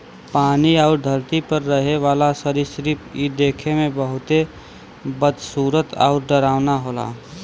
पानी आउर धरती पे रहे वाला सरीसृप इ देखे में बहुते बदसूरत आउर डरावना होला